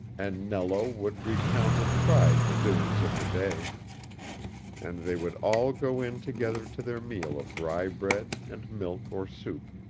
and nello would recount with pride the doings of the day and they would all go in together to their meal of rye bread and milk or soup,